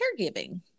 caregiving